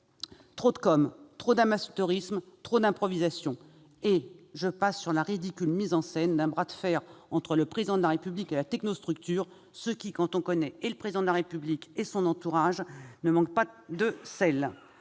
trop de com', trop d'amateurisme, trop d'improvisation, sans parler de la mise en scène ridicule d'un bras de fer entre le Président de la République et la technostructure. Quand on connaît le Président de la République et son entourage, cela ne manque pas de sel